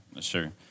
Sure